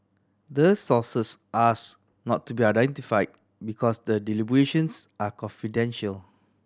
the sources ask not to be identify because the deliberations are confidential